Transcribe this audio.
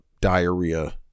diarrhea